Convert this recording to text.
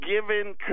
given